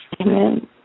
Amen